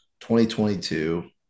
2022